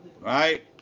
Right